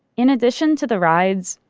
in addition to the rides,